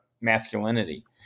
masculinity